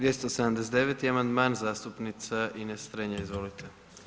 279. amandman zastupnice Ines Strenja, izvolite.